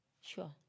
Sure